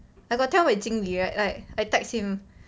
I got tell wei jing direct like I text him